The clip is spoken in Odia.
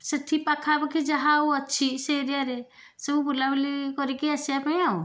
ସେଠି ପାଖାପାଖି ଯାହା ଆଉ ଅଛି ସେ ଏରିଆରେ ସବୁ ବୁଲାବୁଲି କରିକି ଆସିବା ପାଇଁ ଆଉ